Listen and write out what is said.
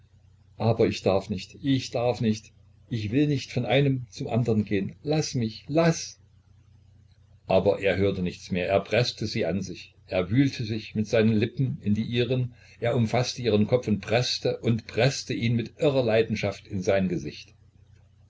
aber ich darf nicht ich darf nicht ich will nicht von einem zum andren gehen laß mich laß aber er hörte nichts mehr er preßte sie an sich er wühlte sich mit seinen lippen in die ihren er umfaßte ihren kopf und preßte und preßte ihn mit irrer leidenschaft in sein gesicht